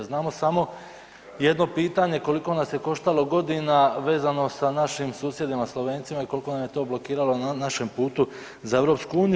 Znamo samo jedno pitanje koliko nas je koštalo godina vezano sa našim susjedima Slovencima i koliko nam je to blokiralo na našem putu za EU.